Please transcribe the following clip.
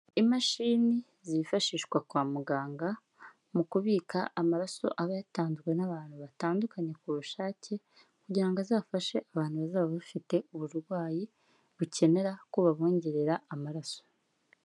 Imashini zifashishwa kwa muganga mu kubika amaraso aba yatanzwe n'abantu batandukanye ku bushake kugira ngo azafashe abantu bazaba bafite uburwayi bukenera ko babongerera amaraso.